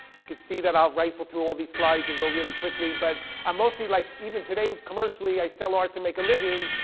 you can see that i'll rifle through all these slides and go really quickly. but i mostly like even today, commercially i sell art to make a living,